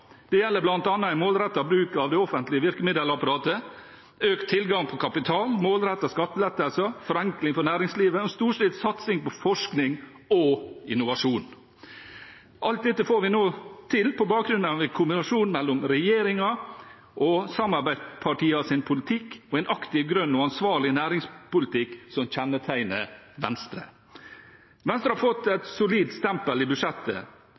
Det gjelder bl.a. en målrettet bruk av det offentlige virkemiddelapparatet, økt tilgang på kapital, målrettede skattelettelser, forenkling for næringslivet og en storstilt satsing på forskning og innovasjon. Alt dette får vi nå til på bakgrunn av en kombinasjon av regjeringens og samarbeidspartienes politikk og en aktiv, grønn og ansvarlig næringspolitikk som kjennetegner Venstre. Venstre har fått et solid stempel i budsjettet.